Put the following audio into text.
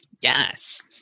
Yes